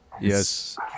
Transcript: yes